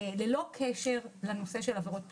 ללא קשר של עבירות פליליות.